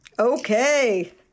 Okay